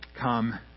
come